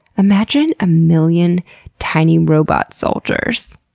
imagine a million tiny robot soldiers.